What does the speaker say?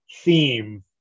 theme